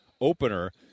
opener